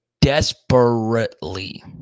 desperately